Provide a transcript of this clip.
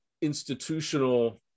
institutional